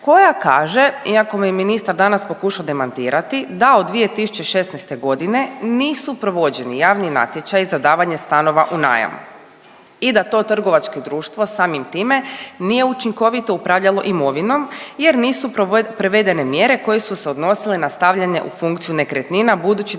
koja kaže iako me ministar danas pokušao demantirati, da od 2016. godine nisu provođeni javni natječaji za davanje stanova u najam i da to trgovačko društvo samim time nije učinkovito upravljalo imovinom jer nisu provedene mjere koje su se odnosile na stavljanje u funkciju nekretnina budući